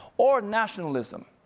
or nationalism.